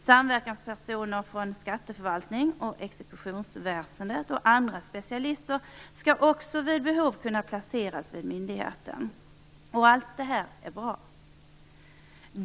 Samverkanspersoner från skatteförvaltningen och exekutionsväsendet och andra specialister skall också vid behov kunna placeras vid myndigheten. Allt detta är bra.